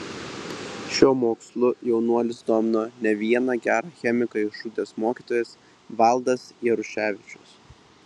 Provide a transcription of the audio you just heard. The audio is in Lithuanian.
šiuo mokslu jaunuolį sudomino ne vieną gerą chemiką išugdęs mokytojas valdas jaruševičius